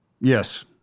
Yes